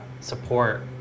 support